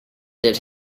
did